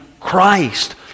Christ